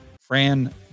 Fran